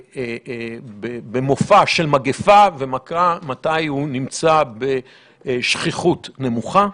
במופע של מגפה ומתי הוא נמצא בשכיחות נמוכה.